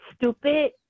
stupid